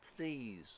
Please